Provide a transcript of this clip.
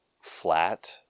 flat